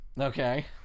Okay